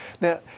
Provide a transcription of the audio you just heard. Now